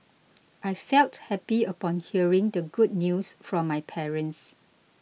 I felt happy upon hearing the good news from my parents